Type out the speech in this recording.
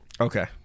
Okay